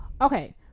Okay